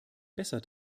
besser